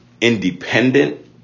independent